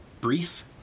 brief